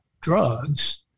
drugs